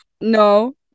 No